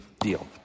deal